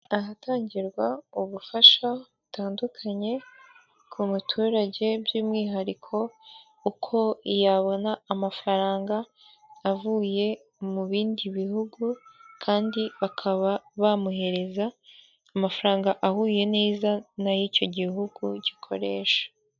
Ahatangirwa ubufasha butandukanye ku muturage by'umwihariko uko yabona amafaranga avuye mu bindi bihugu kandi bakaba bamuhereza amafaranga ahuye neza n'ay'icyo gihugu gikoresha.